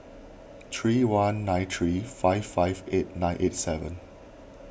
three one nine three five five eight nine eight seven